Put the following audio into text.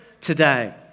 today